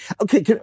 Okay